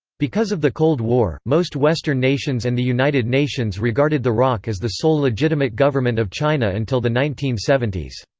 because of the cold war, most western nations and the united nations regarded the roc as the sole legitimate government of china until the nineteen seventy s.